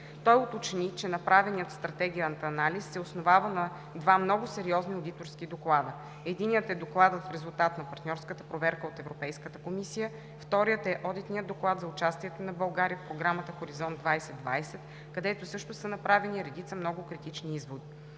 Той уточни, че направеният в Стратегията анализ се основава на два много сериозни одиторски доклада. Единият е докладът в резултат на партньорската проверка от Европейската комисия. Вторият е Одитният доклад за участието на България в програмата „Хоризонт 2020“, където също са направени редица много критични изводи.